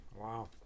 Wow